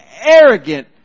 arrogant